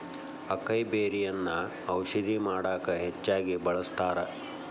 ಅಕೈಬೆರ್ರಿಯನ್ನಾ ಔಷಧ ಮಾಡಕ ಹೆಚ್ಚಾಗಿ ಬಳ್ಸತಾರ